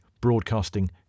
broadcasting